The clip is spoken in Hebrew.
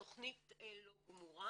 התכנית לא גמורה